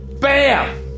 Bam